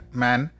man